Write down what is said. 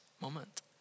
moment